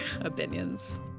opinions